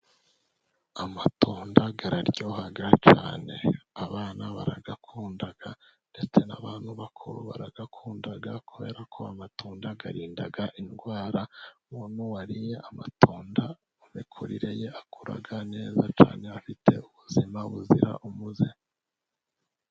Amatunda araryoha cyane. Abana barayakunda, ndetse n'abantu bakuru barayakunda kubera ko amatunda arinda indwara, umuntu wariye amatunda mu mikurire ye akoraga neza cyane, afite ubuzima buzira umuze.